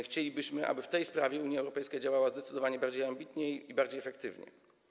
Chcielibyśmy, aby w tej sprawie Unia Europejska działała zdecydowanie bardziej ambitnie i bardziej efektywnie.